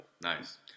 Nice